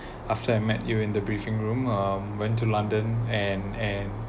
after I met you in the briefing room um went to london and and